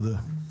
תודה.